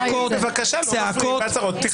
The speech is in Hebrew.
בבקשה, אל תפריעי בהצהרות פתיחה.